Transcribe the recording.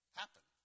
happen